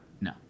No